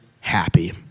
happy